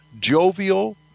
jovial